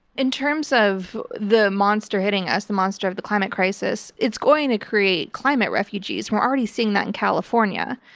in terms of the monster hitting us, the monster of the climate crisis, it's going to create climate refugees. we're already seeing that in california,